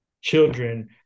children